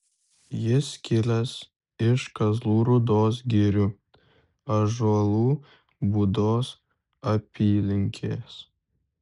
jis kilęs iš kazlų rūdos girių ąžuolų būdos apylinkės